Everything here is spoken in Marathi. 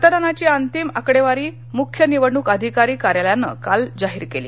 मतदानाची अंतिम आकडेवारी मुख्य निवडणूक अधिकारी कार्यालयाने काल जाहीर केली